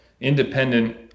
independent